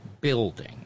building